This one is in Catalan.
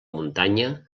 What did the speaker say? muntanya